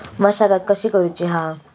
मशागत कशी करूची हा?